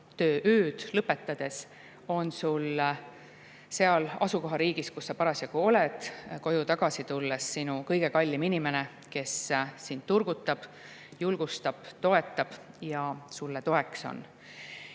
töö-ööd lõpetades on sul seal asukohariigis, kus sa parasjagu oled, koju tagasi tulles ootamas sinu kõige kallim inimene, kes sind turgutab, julgustab ja sulle toeks